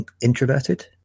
introverted